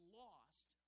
lost